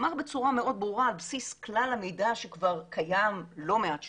אמר בצורה מאוד ברורה על בסיס כלל המידע שקיים לא מעט שנים,